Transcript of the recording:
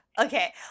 Okay